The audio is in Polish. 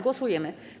Głosujemy.